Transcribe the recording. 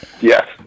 Yes